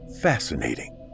Fascinating